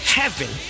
heaven